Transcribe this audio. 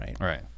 right